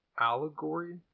allegory